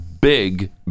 Big